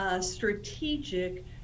strategic